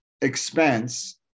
expense